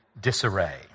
disarray